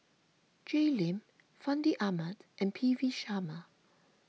Jay Lim Fandi Ahmad and P V Sharma